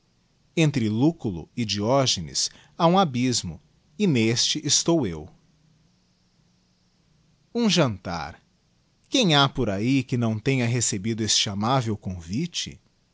entre lucullo e diógenes ha um abysmo e neste estou eu um jantar quem ha por ahi que não tenha recebido este amável convite